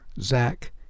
Zach